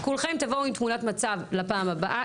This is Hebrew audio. כולכן תבואו עם תמונת מצב לפעם הבאה,